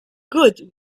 good